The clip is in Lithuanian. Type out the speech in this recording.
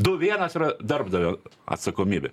du vienas yra darbdavio atsakomybė